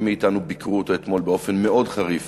מאתנו ביקרו אותו אתמול באופן מאוד חריף